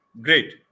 Great